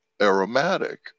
aromatic